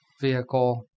vehicle